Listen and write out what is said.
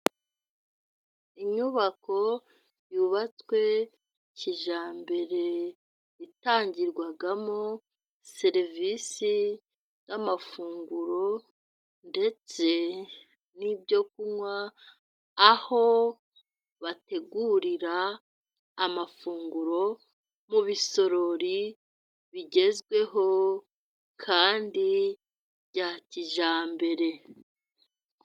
Inyubako yubatswe kijyambere, yatangirwagamo serivise y'amafunguro ndetse n'ibyo kunywa, aho bategurira amafunguro mu bisorori bigezweho kandi bya kijyambere.